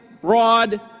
broad